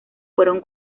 fueron